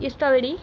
strawberry